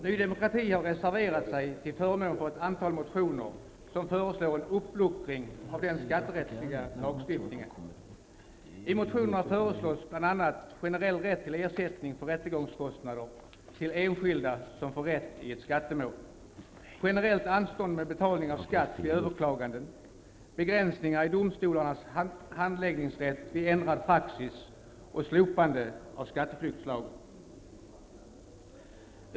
Ny demokrati har reserverat sig till förmån för ett antal motioner, där det föreslås en uppluckring av den skatterättsliga lagstiftningen. I motionerna föreslås bl.a. generell rätt till ersättning för rättegångskostnader till enskilda som får rätt i ett skattemål, generellt anstånd med betalning av skatt vid överklaganden, begränsningar i domstolarnas handläggningsrätt vid ändrad praxis och slopande av skatteflyktslagen.